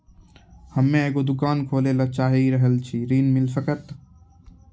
हम्मे एगो दुकान खोले ला चाही रहल छी ऋण मिल सकत?